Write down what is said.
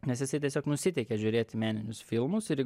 nes jisai tiesiog nusiteikia žiūrėti meninius filmus ir jeigu